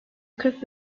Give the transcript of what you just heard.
kırk